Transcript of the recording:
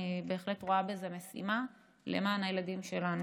אני בהחלט רואה בזה משימה למען הילדים שלנו.